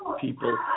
people